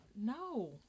No